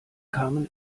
kamen